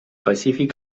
pacífic